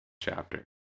chapter